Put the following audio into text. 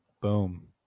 Boom